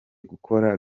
gukora